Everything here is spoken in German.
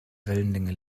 wellenlänge